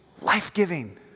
life-giving